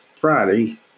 Friday